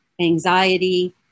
anxiety